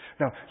Now